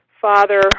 father